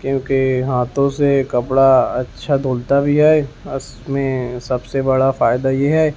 کیونکہ ہاتھوں سے کپڑا اچھا دھلتا بھی ہے اس میں سب سے بڑا فائدہ یہ ہے